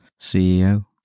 CEO